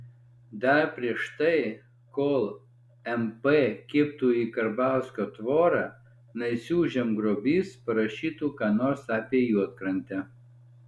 dar prieš tai kol mp kibtų į karbauskio tvorą naisių žemgrobys parašytų ką nors apie juodkrantę